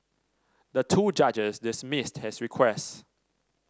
the two judges dismissed his request